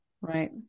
Right